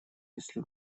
если